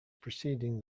preceding